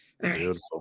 beautiful